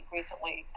recently